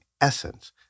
essence